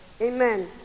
Amen